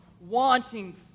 wanting